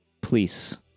please